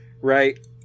right